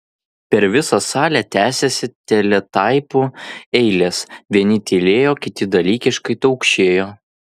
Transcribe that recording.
per visą salę tęsėsi teletaipų eilės vieni tylėjo kiti dalykiškai taukšėjo